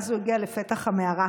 ואז הוא הגיע לפתח המערה.